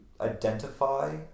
identify